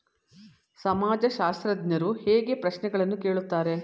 ಸಮಾಜಶಾಸ್ತ್ರಜ್ಞರು ಹೇಗೆ ಪ್ರಶ್ನೆಗಳನ್ನು ಕೇಳುತ್ತಾರೆ?